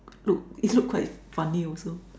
do it looked quite funny also